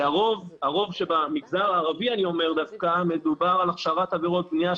שהרוב שבמגזר הערבי דווקא מדובר על הכשרת עבירות בנייה,